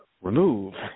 remove